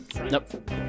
Nope